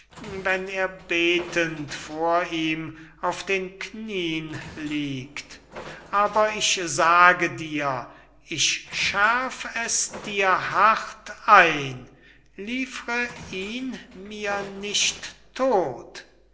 wenn er betend vor ihm auf den knieen liegt aber ich sage dir ich schärf es dir hart ein liefr ihn mir nicht todt